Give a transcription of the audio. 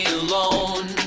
alone